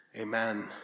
Amen